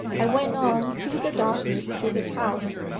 i went on through the darkness to his house,